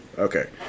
Okay